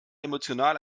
emotional